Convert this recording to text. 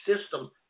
system